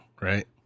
right